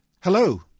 Hello